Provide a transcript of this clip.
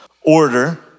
order